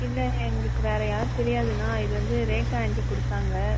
இல்லை எங்களுக்கு வேற யாரும் தெரியாதுண்ணா இது வந்து ரேக்கா ஆண்ட்டி கொடுத்தாங்க